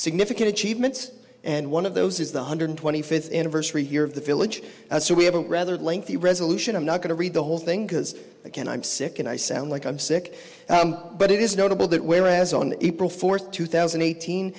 significant achievements and one of those is the one hundred twenty fifth anniversary year of the village so we have a rather lengthy resolution i'm not going to read the whole thing because again i'm sick and i sound like i'm sick but it is notable that whereas on april fourth two thousand and eighteen